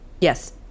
Yes